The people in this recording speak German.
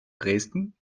dresden